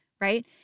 right